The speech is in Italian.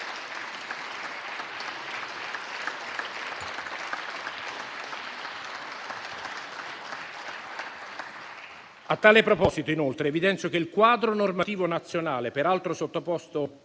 A tale proposito, inoltre, evidenzio che il quadro normativo nazionale, peraltro sottoposto